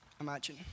imagine